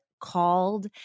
called